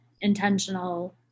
intentional